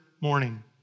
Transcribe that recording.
morning